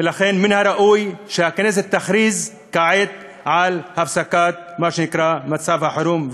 ולכן מן הראוי שהכנסת תכריז כעת על הפסקת מה שנקרא מצב החירום,